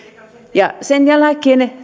sen jälkeen